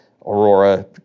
Aurora